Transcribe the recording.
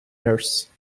nurse